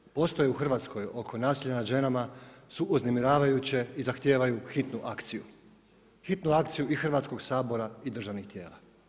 Brojke koje postoje u Hrvatskoj oko nasilja nad ženama su uznemiravajuće i zahtijevaju hitnu akciju, hitnu akciju i Hrvatskog sabora i državnih tijela.